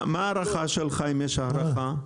מה ההערכה שלך, אם יש הערכה?